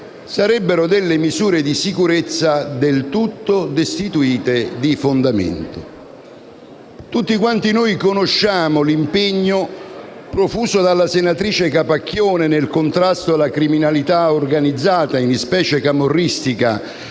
Capacchione sarebbero del tutto destituite di fondamento. Tutti noi conosciamo l'impegno profuso dalla senatrice Capacchione nel contrasto alla criminalità organizzata, in specie camorristica,